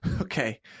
Okay